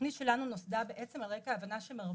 התוכנית שלנו נוסדה בעצם על רקע ההבנה שמרבית